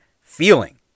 feeling